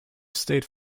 state